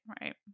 Right